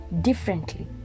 differently